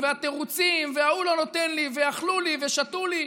והתירוצים וההוא לא נותן לי ואכלו לי שתו לי.